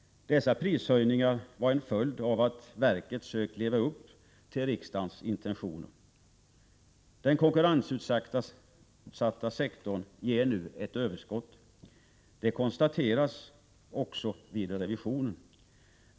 Dessa prishöjningar var en följd av att verket sökt leva upp till riksdagens intentioner. Den konkurrensutsatta sektorn ger nu ett överskott. Det konstateras också vid revisionen.